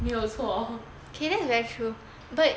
没有错